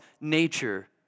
nature